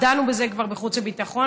דנו בזה כבר בחוץ וביטחון,